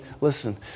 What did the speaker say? listen